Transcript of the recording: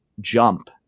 jump